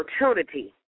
opportunity